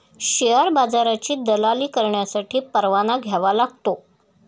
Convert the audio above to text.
share बाजाराची दलाली करण्यासाठी परवाना घ्यावा लागतो